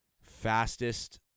fastest